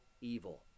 evil